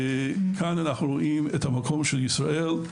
וכאן אנחנו רואים את המקום של ישראל.